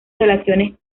relaciones